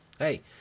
Hey